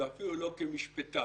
ואפילו לא כמשפטאי.